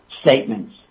statements